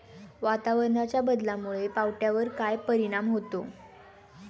वातावरणाच्या बदलामुळे पावट्यावर काय परिणाम होतो?